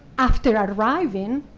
after arriving,